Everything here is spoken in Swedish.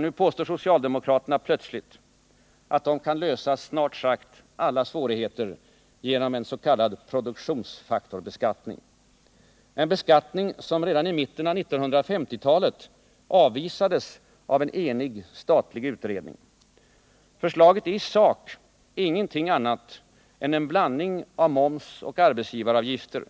Nu påstår socialdemokraterna plötsligt att de kan lösa snart sagt alla svårigheter genom en s.k. produktionsfaktorbeskattning, en beskattning som redan i mitten av 1950-talet avvisades av en enig statlig utredning. Förslaget är i sak ingenting annat än en blandning av moms och arbetsgivaravgifter,